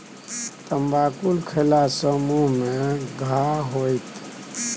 तमाकुल खेला सँ मुँह मे घाह होएत